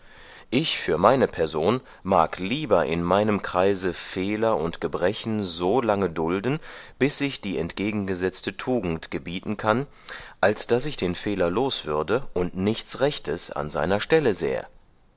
ich für meine person mag lieber in meinem kreise fehler und gebrechen so lange dulden bis ich die entgegengesetzte tugend gebieten kann als daß ich den fehler los würde und nichts rechtes an seiner stelle sähe